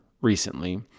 recently